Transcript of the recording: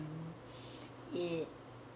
it